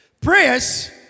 prayers